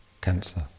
cancer